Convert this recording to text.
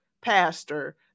pastor